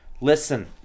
Listen